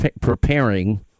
preparing